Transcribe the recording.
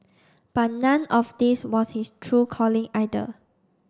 but none of this was his true calling either